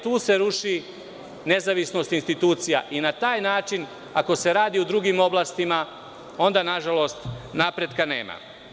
Tu se ruši nezavisnost institucija i na taj način, ako se radi u drugim oblastima, onda nažalost napretka nema.